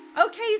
Okay